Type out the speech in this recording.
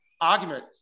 argument